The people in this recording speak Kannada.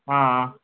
ಹಾಂ